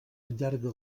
allarga